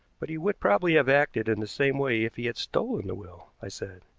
but he would probably have acted in the same way if he had stolen the will, i said.